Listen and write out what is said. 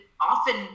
often